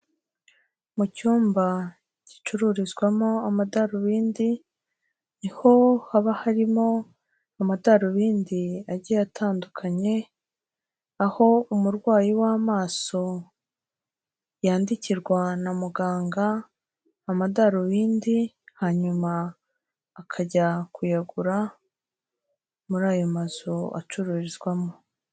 Mu cyumba gicururizwamo amadarubindi ni ho haba harimo amadarubindi agiye atandukanye, aho umurwayi w'amaso yandikirwa na muganga amadarubindi hanyuma akajya kuyagura muri ayo mazu acururizwamo.